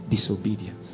disobedience